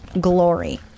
glory